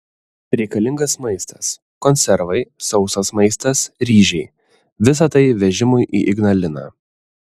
reikalingas maistas konservai sausas maistas ryžiai visa tai vežimui į ignaliną